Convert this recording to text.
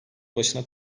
başına